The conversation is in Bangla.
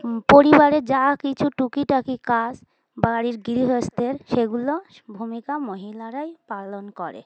পরিবারে যা কিছু টুকিটাকি কাজ বাড়ির গৃহস্থের সেগুলো ভূমিকা মহিলারাই পালন করে